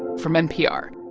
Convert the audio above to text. from npr